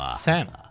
Sam